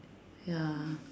ya